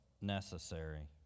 necessary